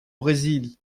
brésil